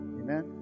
Amen